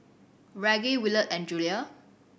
Reggie Williard and Julia